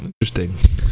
Interesting